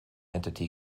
entity